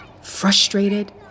frustrated